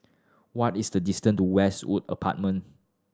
what is the distance to Westwood Apartment